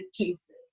cases